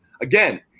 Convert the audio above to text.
Again